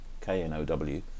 K-N-O-W